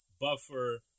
buffer